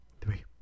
Three